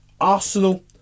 Arsenal